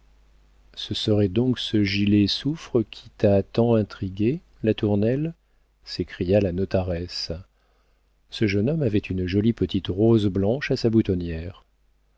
ce serait donc ce gilet soufre qui t'a tant intrigué latournelle s'écria la notaresse ce jeune homme avait une jolie petite rose blanche à sa boutonnière